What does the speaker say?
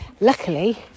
Luckily